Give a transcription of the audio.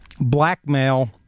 blackmail